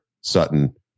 Sutton